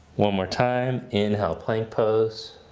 one more time, inhale plank pose.